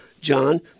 John